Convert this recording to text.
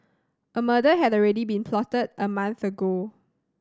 a murder had already been plotted a month ago